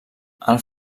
alt